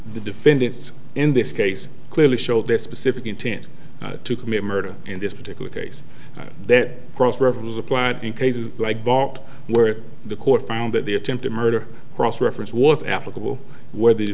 the defendants in this case clearly show their specific intent to commit murder in this particular case that cross reference is applied in cases like bart where the court found that the attempted murder cross reference was applicable where the